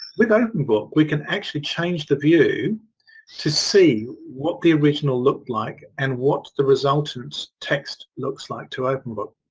with openbook we can actually change the view to see what the original looked like and what the resulting text looks like to openbook.